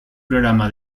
programa